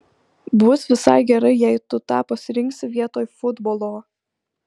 bus visai gerai jei tu tą pasirinksi vietoj futbolo